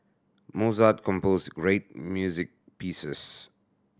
Mozart compose great music pieces